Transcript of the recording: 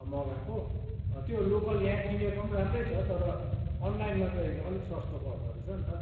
मगाएको त्यो लोकल यहाँ किनेको पनि राम्रै छ तर अनलाइनमा चाहिँ अनिक सस्तो पर्दो रहेछ नि त